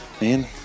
man